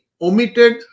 omitted